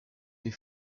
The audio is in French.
des